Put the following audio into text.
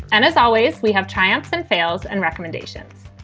and as always, we have triumphs and failures and recommendations.